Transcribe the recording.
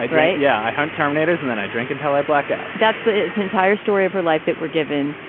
right right yeah i don't terminators and then i drink until i blackout that's the entire story of her life that we're given.